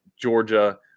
Georgia